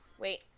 Wait